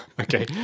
okay